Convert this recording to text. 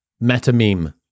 meta-meme